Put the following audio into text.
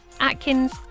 Atkins